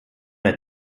der